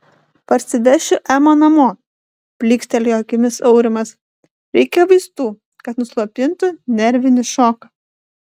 parsivešiu emą namo blykstelėjo akimis aurimas reikia vaistų kad nuslopintų nervinį šoką